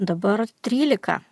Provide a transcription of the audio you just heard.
dabar trylika